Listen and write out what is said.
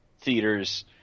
theaters